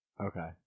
Okay